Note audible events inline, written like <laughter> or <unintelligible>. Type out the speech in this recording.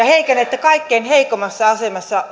<unintelligible> heikennätte kaikkein heikoimmassa asemassa